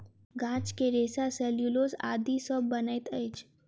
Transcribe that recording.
गाछ के रेशा सेल्यूलोस आदि सॅ बनैत अछि